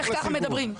ככה מדברים.